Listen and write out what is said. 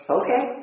okay